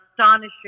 astonishing